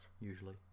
Usually